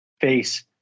face